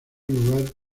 lugar